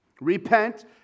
Repent